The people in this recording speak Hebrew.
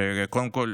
שקודם כול,